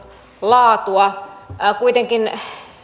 laatua kuitenkaan